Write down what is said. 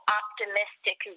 optimistic